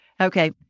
Okay